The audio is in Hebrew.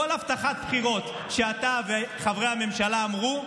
כל הבטחת בחירות שאתה וחברי הממשלה אמרתם